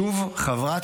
שוב, חברת